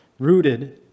rooted